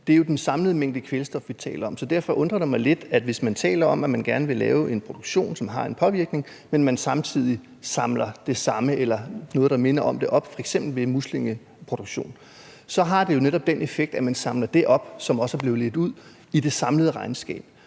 Det er jo den samlede mængde kvælstof, vi taler om. Derfor undrer det mig lidt, at man taler om, at man gerne vil lave en produktion, som har en lille påvirkning, for hvis man samtidig samler det samme eller noget, der minder om det, op ved f.eks. en muslingeproduktion, så har det jo netop den effekt i det samlede regnskab, at man samler det